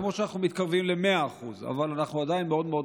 כמו שאנחנו מתקרבים ל-100%,